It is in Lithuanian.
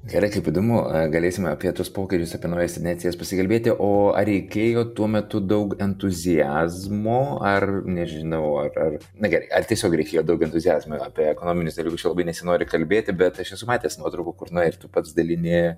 gerai kaip įdomu galėsime apie tuos pokyčius apie naujas inercijas pasikalbėti o ar reikėjo tuo metu daug entuziazmo ar nežinau ar ar na gerai ar tiesiog reikėjo daug entuziazmo apie ekonominiu dalykus labai nesinori kalbėti bet aš esu matęs nuotraukų kur na ir tu pats dalini